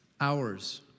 Hours